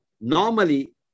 normally